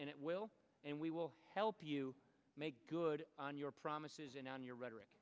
and it will and we will help you make good on your promises and on your rhetoric